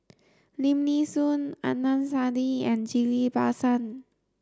Lim Nee Soon Adnan Saidi and Ghillie Basan